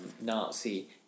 Nazi